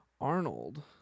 Arnold